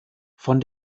von